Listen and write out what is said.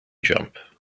jump